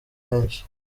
benshi